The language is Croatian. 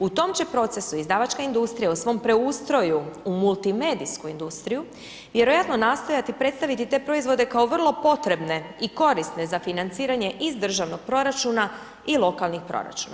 U tom će procesu izdavačka industrija u svom preustroju u multimedijsku industriju vjerojatno nastojati predstaviti te proizvode kao vrlo potrebne i korisne za financiranje iz državnog proračuna i lokalnih proračuna.